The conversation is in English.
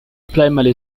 primary